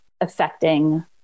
affecting